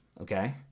Okay